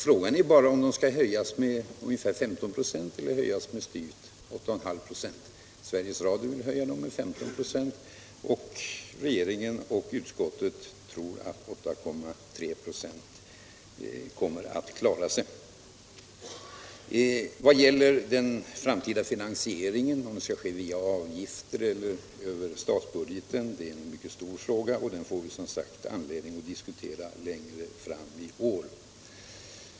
Frågan är bara om summan skall höjas med ungefär 15 96 eller med ca 8,3 96. Sveriges Radio vill höja med 15 96, och regeringen och utskottet tror att 8,3 26 kommer att räcka. Om den framtida finansieringen skall ske via avgifter eller över statsbudgeten är en mycket stor fråga, och den får vi som sagt anledning att diskutera längre fram i år.